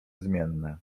zmienne